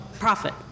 profit